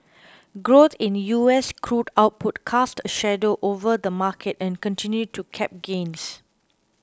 growth in U S crude output cast a shadow over the market and continued to cap gains